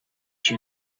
you